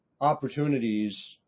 opportunities